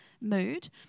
mood